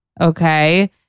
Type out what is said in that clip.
Okay